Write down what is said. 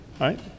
right